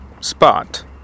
spot